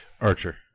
Archer